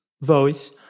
voice